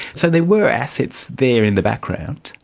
so there were assets there in the background.